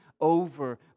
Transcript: over